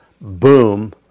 boom